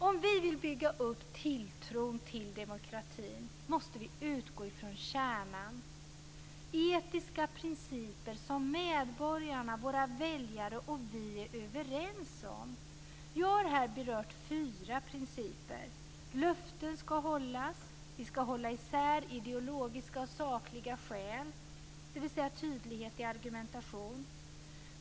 Om vi vill bygga upp tilltron till demokratin måste vi utgå från kärnan, etiska principer som medborgarna, våra väljare, och vi är överens om. Jag har här berört fyra principer. · Vi skall hålla isär ideologiska och sakliga skäl, dvs. tydlighet i argumentation.